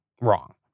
wrong